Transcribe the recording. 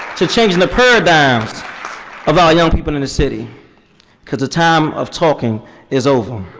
to change the paradigms of our young people in the city because the time of talking is over.